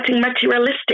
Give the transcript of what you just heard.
materialistic